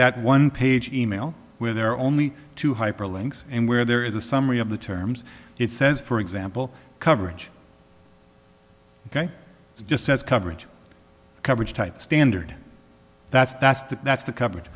that one page e mail where there are only two hyperlinks and where there is a summary of the terms it says for example coverage ok it's just says coverage coverage type standard that's that's the that's the coverage